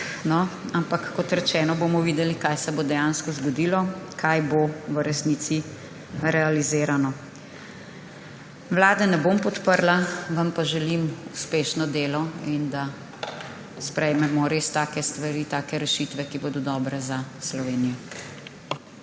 ampak kot rečeno, bomo videli, kaj se bo dejansko zgodilo, kaj bo v resnici realizirano. Vlade ne bom podprla, vam pa želim uspešno delo in da sprejmemo res take stvari, take rešitve, ki bodo dobre za Slovenijo.